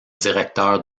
directeur